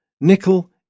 nickel